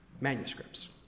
manuscripts